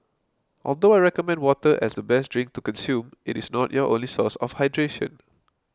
although I recommend water as the best drink to consume it is not your only source of hydration